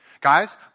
Guys